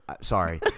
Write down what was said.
Sorry